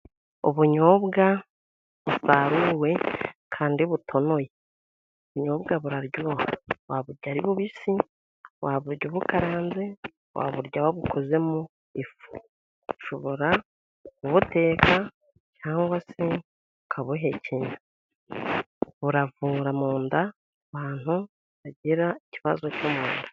Ubunyobwa busaruwe kandi butonoye. Ubunyobwa buraryoha waburya ari bubisi, waburya bukaranze, waburya wabukozemo ifu, ushobora kubuteka cyangwa se ukabuhekenya, buravura mu nda abantu bagira ikibazo cyo mu nda.